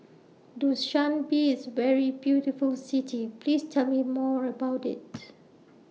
Dushanbe IS very beautiful City Please Tell Me More about IT